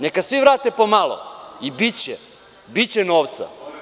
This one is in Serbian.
Neka svi vrate po malo, i biće, biće novca.